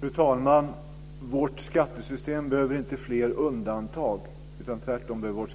Fru talman! Vårt skattesystem behöver inte fler undantag. Tvärtom behöver